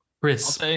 Chris